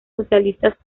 socialistas